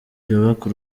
byubaka